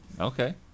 Okay